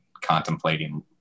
contemplating